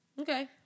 Okay